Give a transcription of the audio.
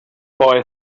boy